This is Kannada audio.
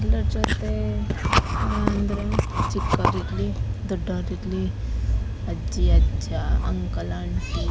ಎಲ್ಲರ ಜೊತೆ ಅಂದರೆ ಚಿಕ್ಕವ್ರು ಇರಲಿ ದೊಡ್ಡವ್ರು ಇರಲಿ ಅಜ್ಜಿ ಅಜ್ಜ ಅಂಕಲ್ ಆಂಟಿ